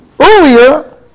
earlier